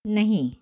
नहीं